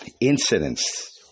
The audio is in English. incidents